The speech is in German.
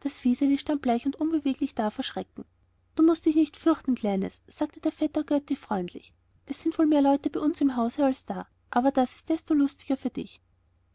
das wiseli stand bleich und unbeweglich vor schrecken da du mußt dich nicht fürchten kleines sagte der vetter götti freundlich es sind wohl mehr leute bei uns im hause als da aber das ist desto lustiger für dich